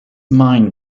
mind